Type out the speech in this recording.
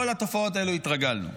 לכל התופעות האלה התרגלנו.